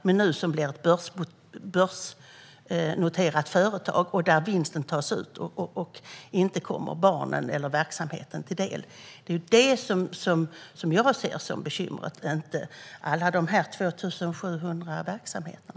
Det blir nu ett börsnoterat företag där vinsten tas ut och inte kommer barnen eller verksamheten till del. Det är vad jag ser som bekymret och inte alla de 2 700 verksamheterna.